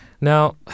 Now